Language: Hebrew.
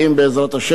בעזרת השם,